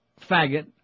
faggot